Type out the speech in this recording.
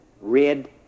red